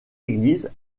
église